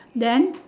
then